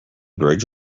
bridge